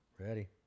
Ready